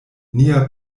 nia